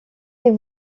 des